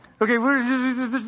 Okay